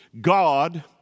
God